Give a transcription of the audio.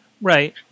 Right